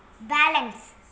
balance